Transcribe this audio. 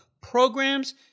programs